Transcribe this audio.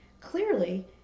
Clearly